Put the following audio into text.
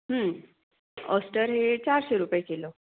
oyster हे चारशे रुपये किलो